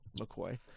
McCoy